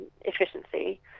efficiency